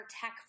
tech